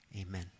Amen